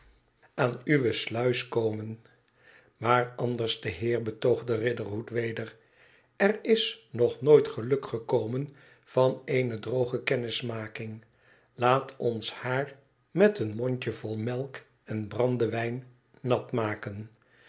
aan uwe sluis komen maar anderste heer betoogde riderhood weder er is nog nooit geluk gekomen van eene droge kennismaking laat ons haar met een mondjevol melk en brandewijn nat maken